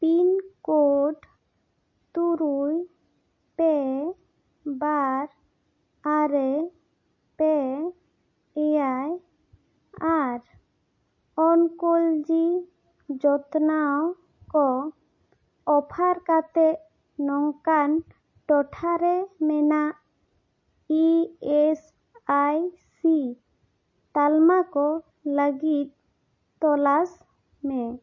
pincode ᱛᱩᱨᱩᱭ ᱯᱮ ᱵᱟᱨ ᱟᱨᱮ ᱯᱮ ᱮᱭᱟᱭ ᱟᱨ ᱚᱱᱠᱚᱞᱚᱡᱤ ᱡᱚᱛᱱᱟᱣ ᱠᱚ ᱚᱯᱷᱟᱨ ᱠᱟᱛᱮᱫ ᱱᱚᱝᱠᱟᱱ ᱴᱚᱴᱷᱟᱨᱮ ᱢᱮᱱᱟᱜ ᱤ ᱮᱥ ᱟᱭ ᱥᱤ ᱛᱟᱞᱢᱟ ᱠᱚ ᱞᱟᱹᱜᱤᱫ ᱛᱚᱞᱟᱥ ᱢᱮ